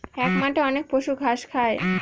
এক মাঠে অনেক পশু ঘাস খায়